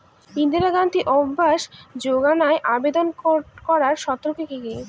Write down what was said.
ইন্দিরা গান্ধী আবাস যোজনায় আবেদন করার শর্ত কি কি?